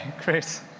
Chris